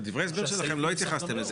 בדברי ההסבר שלכם לא התייחסתם לזה.